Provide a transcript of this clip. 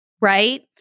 right